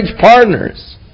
partners